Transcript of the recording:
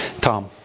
Tom